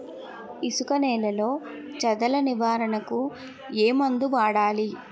ఇసుక నేలలో చదల నివారణకు ఏ మందు వాడాలి?